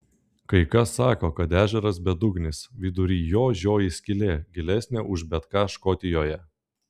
kai kas sako kad ežeras bedugnis vidury jo žioji skylė gilesnė už bet ką škotijoje